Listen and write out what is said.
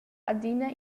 adina